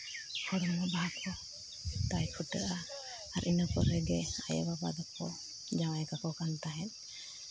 ᱦᱚᱲᱢᱚ ᱵᱟᱦᱟ ᱠᱚ ᱛᱟᱭ ᱯᱷᱩᱴᱟᱹᱜᱼᱟ ᱟᱨ ᱤᱱᱟᱹ ᱯᱚᱨᱮᱜᱮ ᱟᱭᱳ ᱵᱟᱵᱟ ᱫᱚᱠᱚ ᱡᱟᱶᱟᱭ ᱠᱟᱠᱚ ᱠᱟᱱ ᱛᱟᱦᱮᱸᱫ